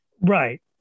Right